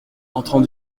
entrant